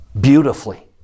Beautifully